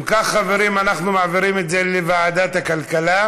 אם כך, חברים, אנחנו מעבירים את זה לוועדת הכלכלה,